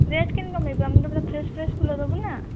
rate କେମିତି କମେଇବୁ ଆମେ ତ ପୁରା ଫ୍ରେସ୍ ଫ୍ରେସ୍ ଫୁଲ ଦେବୁ ନା